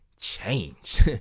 change